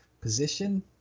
position